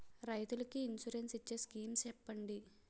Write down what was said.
రైతులు కి ఇన్సురెన్స్ ఇచ్చే స్కీమ్స్ చెప్పండి?